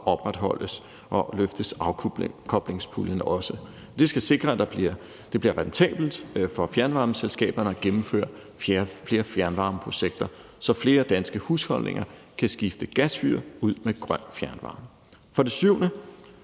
opretholdes og løftes afkoblingspuljen også. Det skal sikre, at det bliver rentabelt for fjernvarmeselskaberne at gennemføre flere fjernvarmeprojekter, så flere danske husholdninger kan skifte gasfyr ud med grøn fjernvarme. For det syvende